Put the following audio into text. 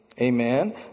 Amen